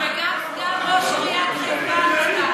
וגם סגן ראש עיריית חיפה החדש.